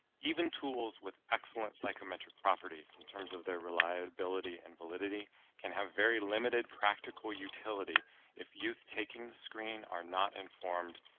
even tools with excellent psychometric properties in terms of their reliability and validity can have very limited practical utility if youth taking the screen are not informed,